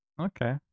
Okay